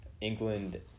England